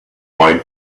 wine